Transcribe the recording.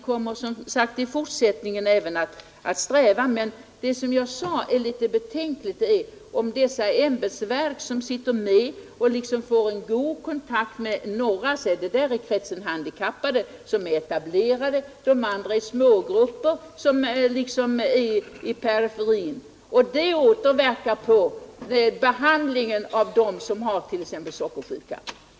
Det är betänkligt om de ämbetsverk, som sitter med i statens handikappråd, bara får kontakt med den krets av handikappade som är etablerade och inte med andra grupper.